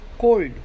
cold